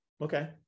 Okay